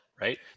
right